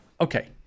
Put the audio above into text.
Okay